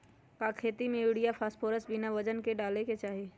का खेती में यूरिया फास्फोरस बिना वजन के न डाले के चाहि?